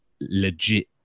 legit